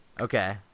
Okay